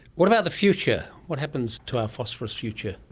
what about the future, what happens to our phosphorous future,